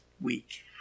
week